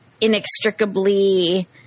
inextricably